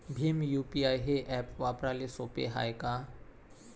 Bhim UPI हे app वापराले सोपे हाय का?